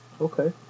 Okay